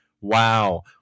Wow